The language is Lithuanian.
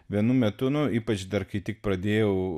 vienu metu nuo ypač dar kai tik pradėjau